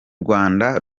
rwanda